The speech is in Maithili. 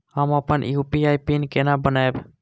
हम अपन यू.पी.आई पिन केना बनैब?